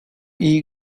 iyi